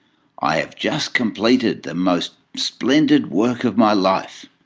i have just completed the most splendid work of my life.